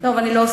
יפה.